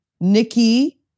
Nikki